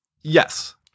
Yes